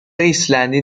ایسلندی